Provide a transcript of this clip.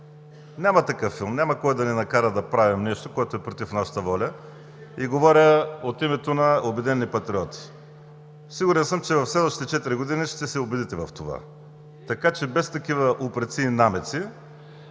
Няма такъв филм. Няма кой да ни накара да правим нещо, което е против нашата воля – говоря от името на Обединените патриоти. Сигурен съм, че в следващите четири години ще се убедите в това. Така че без такива упреци и намеци!